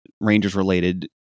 Rangers-related